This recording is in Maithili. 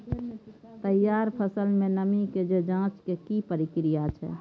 तैयार फसल में नमी के ज जॉंच के की प्रक्रिया छै?